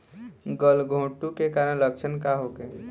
गलघोंटु के कारण लक्षण का होखे?